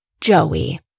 Joey